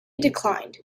declined